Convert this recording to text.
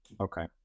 Okay